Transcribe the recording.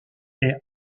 est